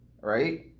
right